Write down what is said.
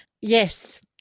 Yes